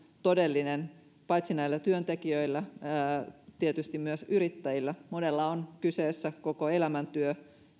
todellinen paitsi näillä työntekijöillä myös tietysti yrittäjillä monella on kyseessä koko elämäntyö